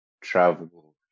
travel